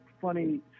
funny